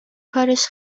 کارش